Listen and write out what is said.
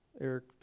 Eric